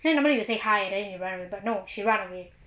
can't even you say hi then you run away but no she run away